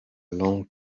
long